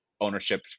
ownership